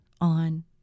on